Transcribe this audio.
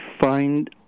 find